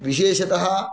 विशेषतः